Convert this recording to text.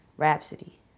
Rhapsody